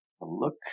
look